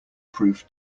proof